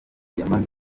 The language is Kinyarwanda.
yamaze